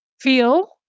feel